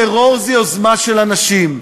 טרור זה יוזמה של אנשים.